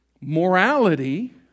morality